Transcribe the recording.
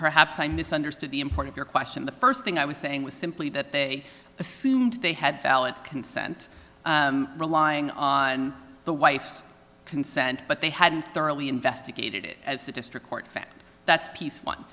perhaps i misunderstood the import of your question the first thing i was saying was simply that they assumed they had valid consent relying on the wife's consent but they hadn't thoroughly investigated it as the district court fact that's piece one